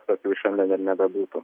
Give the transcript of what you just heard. tokių šiandien ir nebebūtų